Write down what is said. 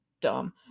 dumb